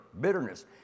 bitterness